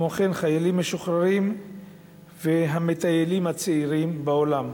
וכמו כן חיילים משוחררים ומטיילים צעירים בעולם.